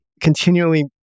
continually